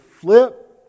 flip